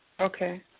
Okay